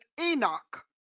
Enoch